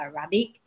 Arabic